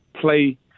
play